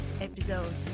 episode